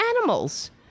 animals